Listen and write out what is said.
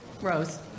Rose